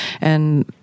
and-